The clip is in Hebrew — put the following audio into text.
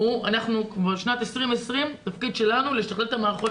אנחנו בשנת 2020 והתפקיד שלנו הוא לשכלל את המערכות